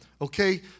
okay